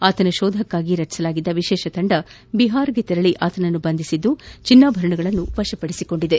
ಆತನ ಶೋಧಕ್ಕಾಗಿ ರಚಿಸಲಾಗಿದ್ದ ವಿಶೇಷ ತಂಡ ಬಿಹಾರ್ಗೆ ತೆರಳಿ ಆತನನ್ನು ಬಂಧಿಸಿ ಚಿನ್ನಾಭರಣಗಳನ್ನು ವಶಪಡಿಸಿಕೊಂಡಿದೆ